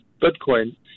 Bitcoin